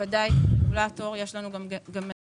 ודאי כרגולטור, יש לנו מנגנונים.